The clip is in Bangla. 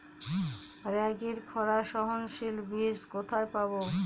রাগির খরা সহনশীল বীজ কোথায় পাবো?